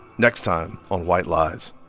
next time on white lies